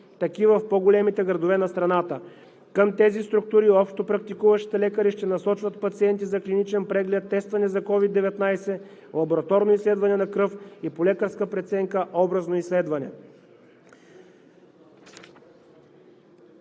такива в по-големите градове на страната. Към тези структури общопрактикуващите лекари ще насочват пациенти за клиничен преглед, тестване за COVID-19, лабораторно изследване на кръв и по лекарска преценка – образно изследване.